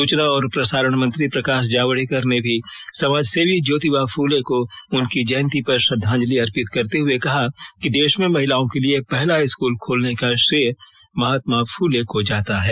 सूचना और प्रसारण मंत्री प्रकाश जावडेकर ने समाज सेवी ज्योतिबा फुले को उनकी जयंती पर श्रद्वांजलि अर्पित करते हुए कहा कि देश में महिलाओं के लिए पहला स्कूल खोलने का श्रेय महात्मा फुले को जाता है